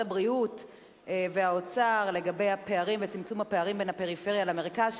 הבריאות והאוצר לגבי צמצום הפערים בין הפריפריה למרכז,